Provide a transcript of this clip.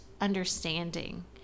understanding